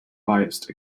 biased